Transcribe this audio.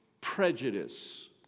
prejudice